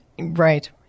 right